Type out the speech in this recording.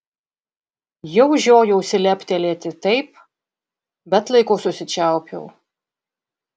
jau žiojausi leptelėti taip bet laiku susičiaupiau